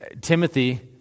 Timothy